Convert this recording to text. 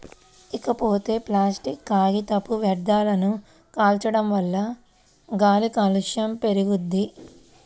ఇకపోతే ప్లాసిట్ కాగితపు వ్యర్థాలను కాల్చడం వల్ల గాలి కాలుష్యం పెరుగుద్ది